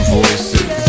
voices